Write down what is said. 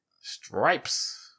stripes